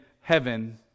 heaven